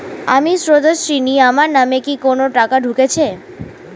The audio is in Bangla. আমি স্রোতস্বিনী, আমার নামে কি কোনো টাকা ঢুকেছে?